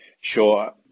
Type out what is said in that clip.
Sure